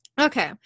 Okay